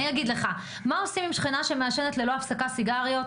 מה עושים עם שכנה שמעשנת ללא הפסקה סיגריות,